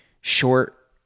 short